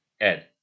Ed